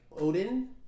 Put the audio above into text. Odin